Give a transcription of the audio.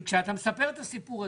כשאתה מספר את הסיפור הזה,